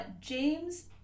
James